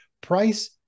price